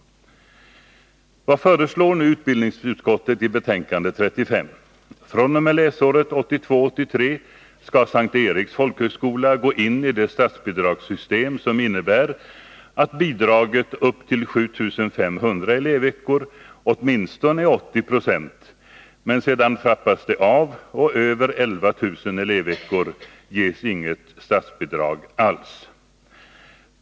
Vad föreslår nu utbildningsutskottet i betänkande 35? fr.o.m. läsåret 1982/83 skall S:t Eriks folkhögskola gå in i det statsbidragssystem som innebär att upp till 7 500 elevveckor är bidraget åtminstone 80 20. Sedan trappas det av, och över 11 000 elevveckor ges inget statsbidrag alls.